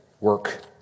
work